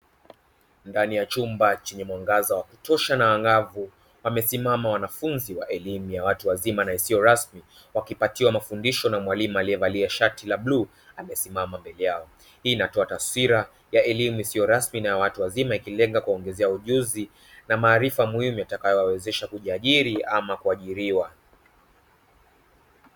Ndani ya chumba chenye mwangaza wa kutosha na angavu wamesimama wanafunzi wa elimu ya watu wazima na isiyo rasmi wakipatiwa mafundisho na mwalimu aliyevalia shati la bluu amesimama mbele yao. Hii inaitoa taswira ya elimu isiyo rasmi na ya watu wazima ikilenga kuwaongezea ujuzi na maarifa muhimu yatakayo wawezesha kujiajiri ama kuajiriwa.